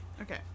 Okay